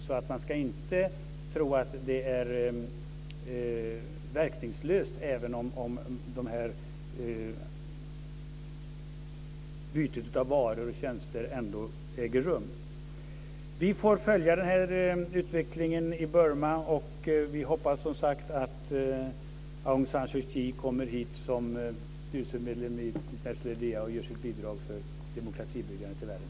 Man ska alltså inte tro att de är verkningslösa, även om ett byte av varor och tjänster trots sanktionerna äger rum. Vi får följa utvecklingen i Burma. Vi hoppas, som sagt, att Aung San Suu Kyi kommer hit som styrelsemedlem i International IDEA och ger sitt bidrag till demokratibyggandet i världen.